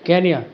Kenya